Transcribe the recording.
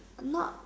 not